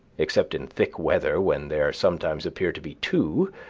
except in thick weather, when there sometimes appear to be two,